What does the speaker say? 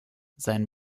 seinen